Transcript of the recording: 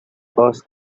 ask